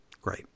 Great